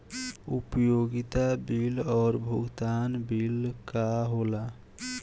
उपयोगिता बिल और भुगतान बिल का होला?